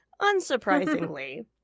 Unsurprisingly